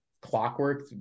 clockwork